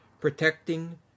protecting